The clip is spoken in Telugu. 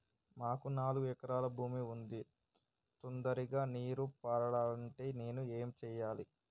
మాకు నాలుగు ఎకరాల భూమి ఉంది, తొందరగా నీరు పారాలంటే నేను ఏం చెయ్యాలే?